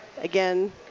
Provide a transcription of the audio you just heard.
again